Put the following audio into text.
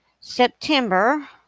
September